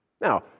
Now